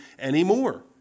anymore